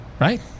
Right